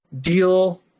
deal